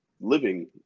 living